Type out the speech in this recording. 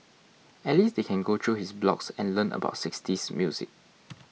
at least they can go through his blogs and learn about sixties music